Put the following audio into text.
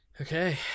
Okay